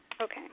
Okay